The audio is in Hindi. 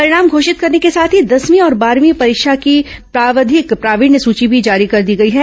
परिणाम घोषित करने के साथ ही दसवीं और बारहवीं परीक्षा की प्रावधिक प्रावीण्य सची भी जारी कर दी गई है